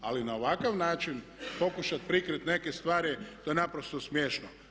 Ali na ovakav način pokušati prikriti neke stvari, to je naprosto smiješno.